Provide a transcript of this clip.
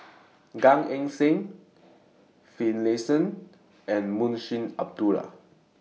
Gan Eng Seng Finlayson and Munshi Abdullah